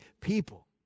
people